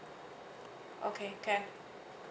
okay can